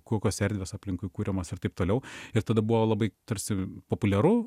kokios erdvės aplinkui kuriamos ir taip toliau ir tada buvo labai tarsi populiaru